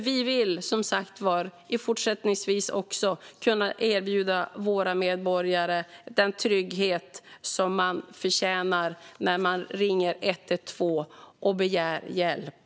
Vi vill som sagt också fortsättningsvis kunna erbjuda våra medborgare den trygghet man förtjänar när man ringer 112 och begär hjälp.